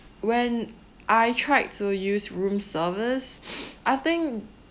when I tried to use room service I think